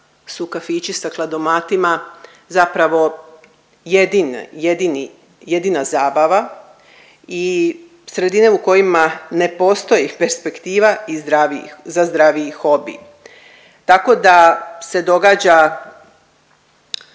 su kafići sa kladomatima zapravo jedini, jedina zabava i sredine u kojima ne postoji perspektiva i zdravi, za zdraviji hobi. Tako da se događa